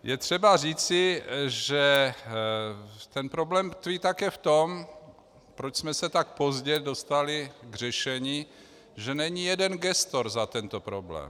Je třeba říci, že problém tkví také v tom, proč jsme se tak pozdě dostali k řešení, že není jeden gestor za tento problém.